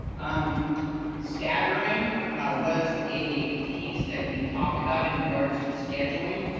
um staggering was a piece that we talked about in regards to scheduling,